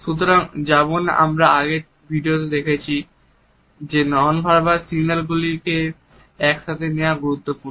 সুতরাং যেমন আমরা আগের ভিডিওটিতে দেখেছি নন ভার্বাল সিগন্যালগুলি কে একসাথে নেওয়া গুরুত্বপূর্ণ